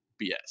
BS